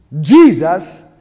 Jesus